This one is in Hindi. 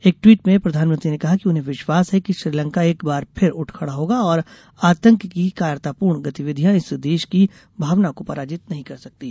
एक ट्वीट में प्रधानमंत्री ने कहा कि उन्हें विश्वास है कि श्रीलंका एक बार फिर उठ खड़ा होगा और आतंक की कायरतापूर्ण गतिविधियां इस देश की भावना को पराजित नहीं कर सकतीं